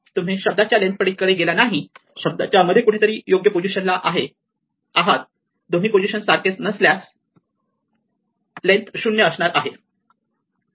तुम्ही शब्दाच्या लेन्थ पलीकडे गेला नाही शब्दाच्या मध्ये कुठेतरी योग्य पोझिशनला आहात दोन्ही पोझिशन सारखेच नसल्यास तर लेन्थ 0 असणार आहे